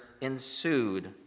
ensued